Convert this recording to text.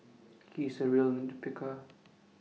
he is A real nit picker